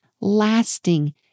lasting